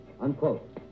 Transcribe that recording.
Unquote